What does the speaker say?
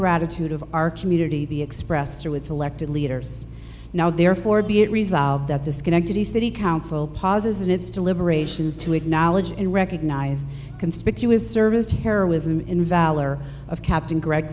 gratitude of our community be expressed through its elected leaders now therefore be it resolved that disconnected the city council pass and it's to liberations to acknowledge and recognize conspicuous service heroism in valor of captain greg